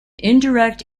indirect